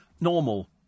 normal